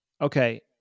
okay